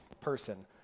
person